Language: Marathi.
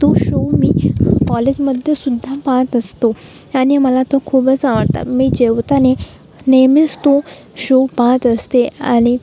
तो शो मी कॉलेजमध्ये सुद्धा पाहत असतो आणि मला तो खूपच आवडतात मी जेवताना नेहमीच तो शो पाहत असते आणि